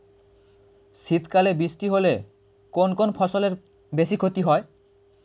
শীত কালে বৃষ্টি হলে কোন কোন ফসলের বেশি ক্ষতি হয়?